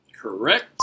Correct